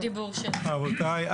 רבותיי.